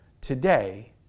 today